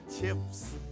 chips